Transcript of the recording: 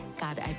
god